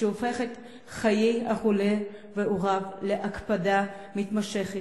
שהופכת את חיי החולה והוריו להקפדה מתמשכת,